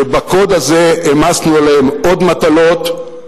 שבקוד הזה העמסנו עליהם עוד מטלות,